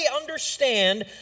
understand